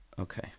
Okay